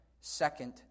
second